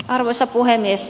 arvoisa puhemies